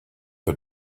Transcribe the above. put